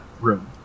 room